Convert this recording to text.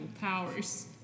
powers